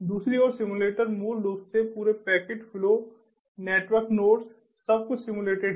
दूसरी ओर सिमुलेटर मूल रूप से पूरे पैकेट फ्लो नेटवर्क नोड्स सब कुछ सिम्युलेटेड है